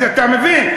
אז אתה מבין?